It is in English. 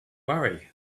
worry